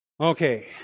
Okay